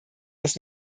dass